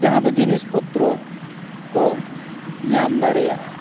ᱡᱟᱦᱟᱸ ᱫᱤ ᱡᱤᱱᱤᱥ ᱯᱚᱛᱨᱚ ᱠᱚ ᱧᱟᱢ ᱫᱟᱲᱮᱭᱟᱜᱼᱟ